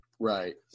Right